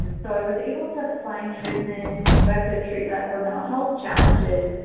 and so i was able to find treatment, effective treatment, for mental health challenges,